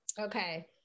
okay